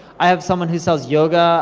i have someone who sells yoga